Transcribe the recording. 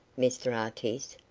mr artis,